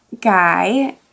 guy